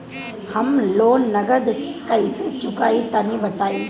हम लोन नगद कइसे चूकाई तनि बताईं?